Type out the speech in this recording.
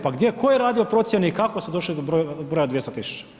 Pa gdje, ko je radio procijene i kako ste došli do broja 200 000?